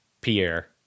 Pierre